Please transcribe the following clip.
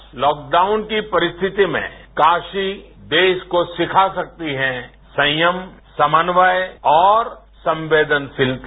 आज लॉकबाउन की परिस्थिति में काशी देश को सीखा सकती है संयम समन्वय और संवेदनशीलता